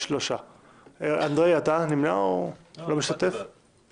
3 הבקשה להעביר את הנושא לדיון בוועדת חוץ וביטחון,